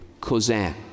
Cousin